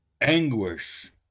anguish